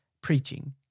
preaching